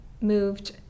moved